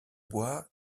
bois